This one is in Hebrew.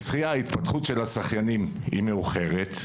התפתחות השחיין היא מאוחרת.